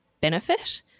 benefit